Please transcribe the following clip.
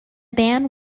band